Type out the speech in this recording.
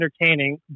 entertaining